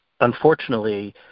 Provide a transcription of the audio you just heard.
unfortunately